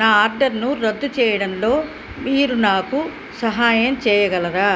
నా ఆర్డర్ను రద్దు చేయడంలో మీరు నాకు సహాయం చేయగలరా